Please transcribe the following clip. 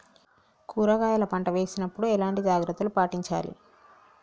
కూరగాయల పంట వేసినప్పుడు ఎలాంటి జాగ్రత్తలు పాటించాలి?